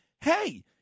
hey